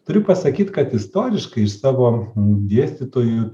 turiu pasakyt kad istoriškai iš savo dėstytojų